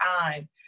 time